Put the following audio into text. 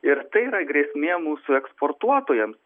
ir tai yra grėsmė mūsų eksportuotojams